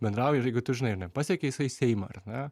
bendrauji ir jeigu tu žinai ar ne pasiekė jisai seimą ar ne